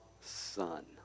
son